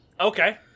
Okay